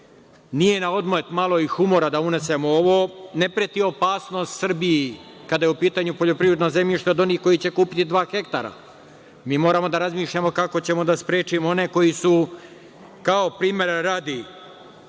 Nije na odmet malo humora da unesemo u ovo. Ne preti opasnost Srbiji, kada je u pitanju poljoprivredno zemljište, od onih koji će kupiti dva hektara. Mi moramo da razmišljamo kako ćemo da sprečimo one koji su, primera radi,